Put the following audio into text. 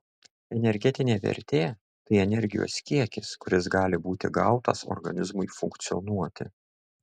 energetinė vertė tai energijos kiekis kuris gali būti gautas organizmui funkcionuoti